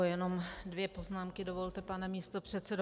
Jenom dvě poznámky dovolte, pane předsedo.